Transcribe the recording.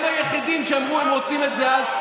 הם היחידים שאמרו שהם רוצים את זה אז,